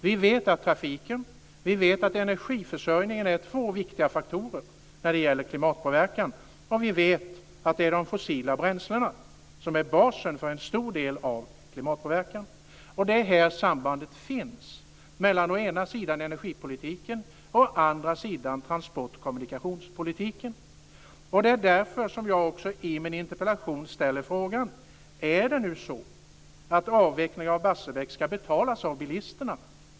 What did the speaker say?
Vi vet att trafiken och energiförsörjningen är två viktiga faktorer när det gäller klimatpåverkan. Och vi vet att det är de fossila bränslena som är som basen för en stor del av klimatpåverkan. Det är här sambandet finns mellan å ena sida energipolitiken och å andra sidan transport och kommunikationspolitiken. Det är därför som jag också i min interpellation ställer frågan: Är det så att avvecklingen av Barsebäck ska betalas av bilisterna?